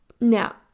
Now